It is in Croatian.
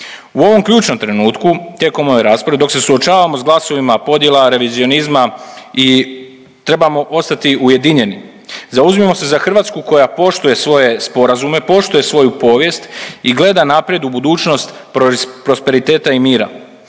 U ovom ključnom trenutku tijekom ove rasprave dok se suočavamo s glasovima podjela, revizionizma i trebamo ostati ujedinjeni, zauzimamo se za Hrvatsku koja poštuje svoje sporazume, poštuje svoju povijest i gleda naprijed u budućnost prosperiteta i mira.